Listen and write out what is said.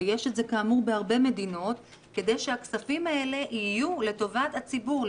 כדי שהכספים האלה יהיו לטובת הציבור,